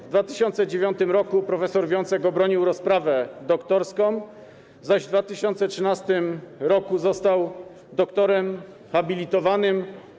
W 2009 r. prof. Wiącek obronił rozprawę doktorską, zaś w 2013 r. został doktorem habilitowanym.